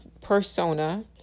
persona